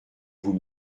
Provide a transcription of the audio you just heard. vous